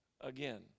again